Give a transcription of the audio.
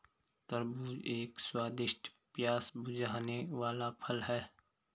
तरबूज एक स्वादिष्ट, प्यास बुझाने वाला फल है